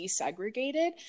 desegregated